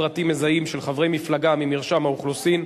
פרטים מזהים של חברי מפלגה ממרשם האוכלוסין,